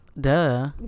Duh